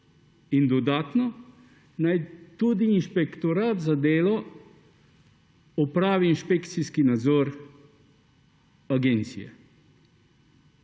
In dodatno, naj tudi Inšpektorat za delo opravi inšpekcijski nadzor agencije.